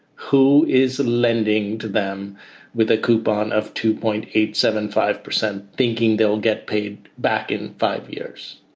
who is lending to them with a coupon of two point eight seven five percent thinking they will get paid back in five years?